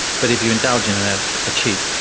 but if you indulge in and ah a cheap,